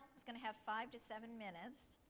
is going to have five to seven minutes.